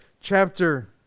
chapter